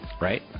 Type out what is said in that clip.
right